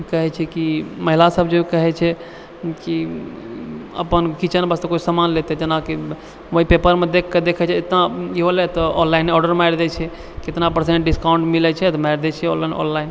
कहै छै की महिला सब जे कहै छै की अपन किचेन वास्ते कोइ सामान लेतै जेनाकि वहीं पेपरमे देखके देखै छै इतना ओ लेतै ऑनलाइन ऑर्डर मारि दै छै इतना पर्सेंट डिस्काउंट मिलै छै तऽ मारि दै छियै ऑर्डर ऑनलाइन